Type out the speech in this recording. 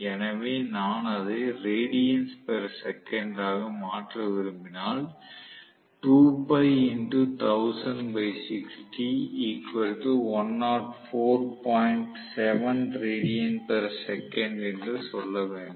எனவே நான் அதை ராடியன்ஸ் பெர் செகண்ட் ஆக மாற்ற விரும்பினால் என்று சொல்ல வேண்டும்